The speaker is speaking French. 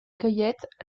cueillette